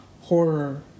horror